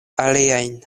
aliajn